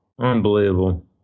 Unbelievable